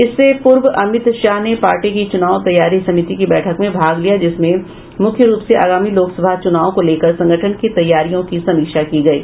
इससे पूर्व अमित शाह ने पार्टी की चुनाव तैयारी समिति की बैठक में भाग लिया जिसमें मुख्य रूप से आगामी लोकसभा चुनाव को लेकर संगठन की तैयारियों की समीक्षा की गयी